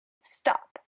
stop